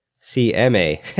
C-M-A